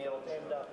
אני רוצה עמדה אחרת.